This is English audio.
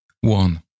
One